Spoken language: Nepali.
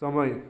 समय